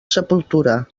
sepultura